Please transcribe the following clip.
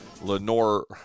Lenore